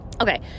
okay